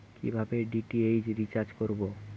কিভাবে DTH recharge করব?